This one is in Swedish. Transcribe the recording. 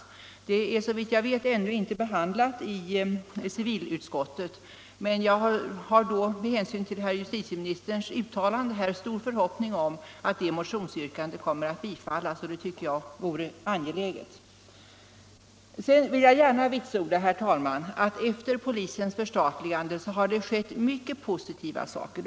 Ärendet är såvitt jag vet ännu inte behandlat i civilutskottet, men jag har med hänsyn till herr justitieministerns uttalande stor förhoppning om att motionsyrkandet kommer att biträdas, och det tycker jag vore angeläget. Jag vill gärna vitsorda, herr talman, att efter polisens förstatligande har det skett mycket positiva saker.